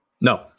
No